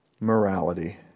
morality